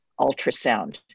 ultrasound